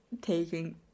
taking